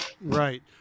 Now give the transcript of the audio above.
Right